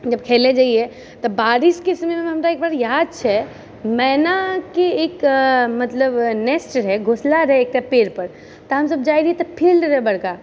जब खेलय जाइयै तऽ बारिशके समयमे हमरा एकबार याद छै मैनाके एक मतलब नेस्ट रहै घोसला रहै एकटा पेड़ पर तऽ हमसब जाय रहियै तऽ फील्ड रहै बड़का